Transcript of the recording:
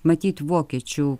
matyt vokiečių